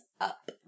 up